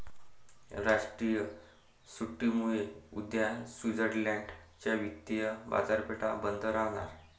राष्ट्रीय सुट्टीमुळे उद्या स्वित्झर्लंड च्या वित्तीय बाजारपेठा बंद राहणार